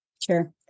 Sure